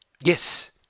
Yes